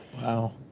Wow